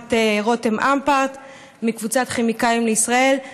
חברת רותם אמפרט מקבוצת כימיקלים לישראל,